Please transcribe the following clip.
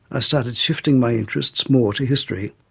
i started shifting my interests more to history.